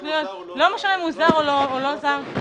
לא משנה אם הוא זר או לא זר,